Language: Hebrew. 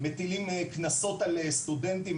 מטילים קנסות על סטודנטים.